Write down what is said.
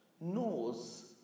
knows